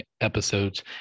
episodes